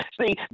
see